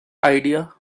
idea